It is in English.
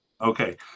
okay